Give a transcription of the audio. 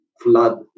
flood